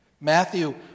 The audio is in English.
Matthew